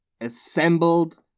assembled